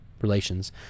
relations